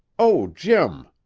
oh, jim!